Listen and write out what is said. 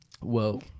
Whoa